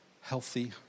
healthy